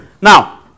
Now